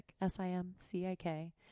S-I-M-C-I-K